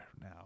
now